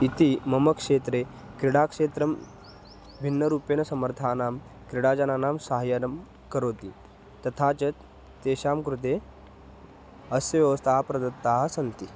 इति मम क्षेत्रे क्रीडाक्षेत्रं भिन्नरूपेण समर्थानां क्रीडाजनानां सहाय्यं करोति तथा च तेषां कृते अस्य व्यवस्थाः प्रदत्ताः सन्ति